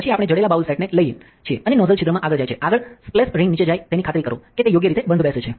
પછી આપણે જડેલા બાઉલ સેટને લઈએ છીએ અહીં નોઝલ છિદ્રમાં આગળ જાય છે આગળ સ્પ્લેશ રિંગ નીચે જાય તેની ખાતરી કરો કે તે યોગ્ય રીતે બંધબેસે છે